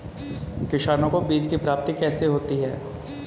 किसानों को बीज की प्राप्ति कैसे होती है?